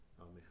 Amen